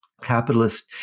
capitalist